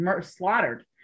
slaughtered